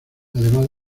además